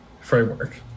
framework